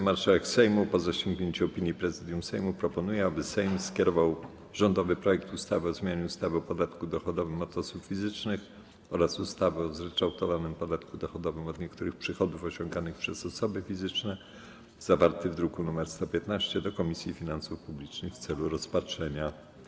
Marszałek Sejmu, po zasięgnięciu opinii Prezydium Sejmu, proponuje, aby Sejm skierował rządowy projekt ustawy o zmianie ustawy o podatku dochodowym od osób fizycznych oraz ustawy o zryczałtowanym podatku dochodowym od niektórych przychodów osiąganych przez osoby fizyczne, zawarty w druku nr 115, do Komisji Finansów Publicznych w celu rozpatrzenia.